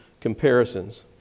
comparisons